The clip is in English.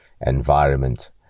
environment